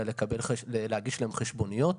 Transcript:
אלא להגיש להם חשבוניות.